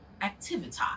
activity